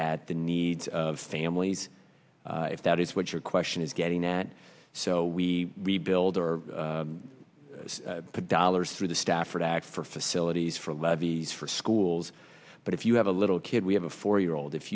at the needs of families if that is what your question is getting at so we rebuild or put dollars through the stafford act for facilities for levees for schools but if you have a little kid we have a four year old if